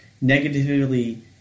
negatively